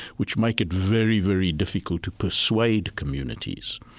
which make it very, very difficult to persuade communities.